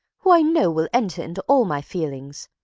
who i know will enter into all my feelings.